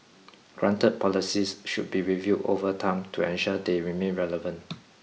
granted policies should be reviewed over time to ensure they remain relevant